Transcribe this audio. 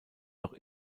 doch